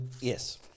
Yes